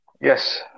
Yes